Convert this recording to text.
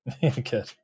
Good